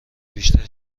بیشتر